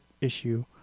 issue